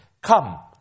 Come